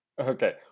Okay